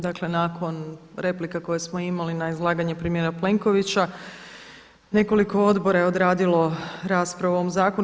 Dakle, nakon replika koje smo imali na izlaganje premijera Plenkovića, nekoliko odbora je odradilo raspravu o ovom zakonu.